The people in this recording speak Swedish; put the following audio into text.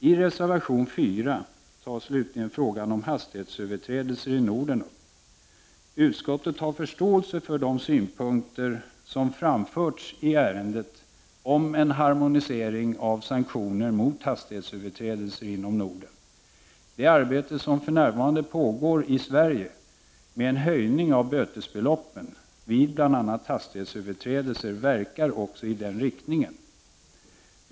I reservation 4 tas frågan om hastighetsöverträdelser i Norden upp. Utskottet har förståelse för de synpunkter som framförts i ärendet om en harmonisering av sanktioner mot hastighetsöverträdelser inom Norden. Det arbete som för närvarande pågår i Sverige med en höjning av bötesbeloppen vid bl.a. hastighetsöverträdelser verkar också i den riktningen.